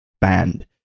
band